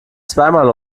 zweimal